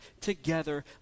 together